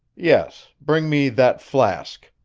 yes, bring me that flask.